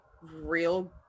real